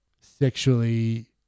sexually